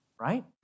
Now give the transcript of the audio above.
right